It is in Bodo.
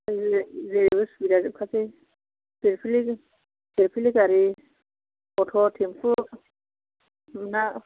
जेबो जेरैबो सुबिदा जोबखासै फिलफिलि फिलफिलि गारि टट' थेम्प' नुना